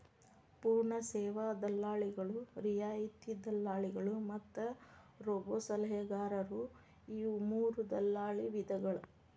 ಪೂರ್ಣ ಸೇವಾ ದಲ್ಲಾಳಿಗಳು, ರಿಯಾಯಿತಿ ದಲ್ಲಾಳಿಗಳು ಮತ್ತ ರೋಬೋಸಲಹೆಗಾರರು ಇವು ಮೂರೂ ದಲ್ಲಾಳಿ ವಿಧಗಳ